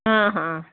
ಹಾಂ ಹಾಂ